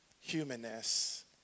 humanness